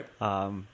right